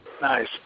Nice